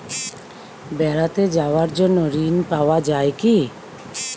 বেড়াতে যাওয়ার জন্য ঋণ পাওয়া যায় কি?